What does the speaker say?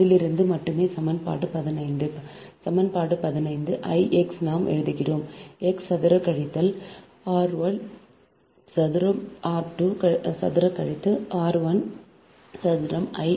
அதிலிருந்து மட்டும் சமன்பாடு 15 சமன்பாடு 15 I x நாம் எழுதுகிறோம் x சதுர கழித்தல் r 1 சதுரம் r 2 சதுர கழித்து r 1 சதுரம் I